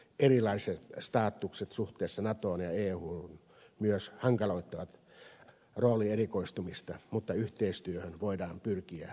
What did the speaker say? erilaiset statukset suhteessa natoon ja euhun myös hankaloittavat roolien erikoistumista mutta yhteistyöhön voidaan pyrkiä siitä huolimatta